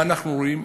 מה אנחנו רואים?